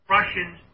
Russians